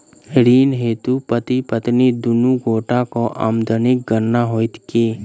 ऋण हेतु पति पत्नी दुनू गोटा केँ आमदनीक गणना होइत की?